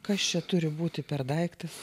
kas čia turi būti per daiktas